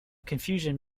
confusion